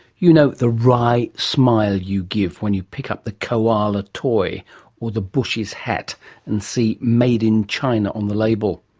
you know the wry smile you give when you pick up the koala toy or the bushie's hat and see made in china on the label?